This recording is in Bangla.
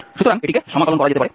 সুতরাং এটিকে সমাকলন করা যেতে পারে